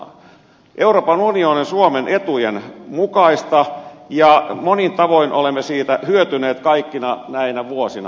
euroopan unioni on suomen etujen mukaista ja monin tavoin olemme siitä hyötyneet kaikkina näinä vuosina